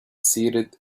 seated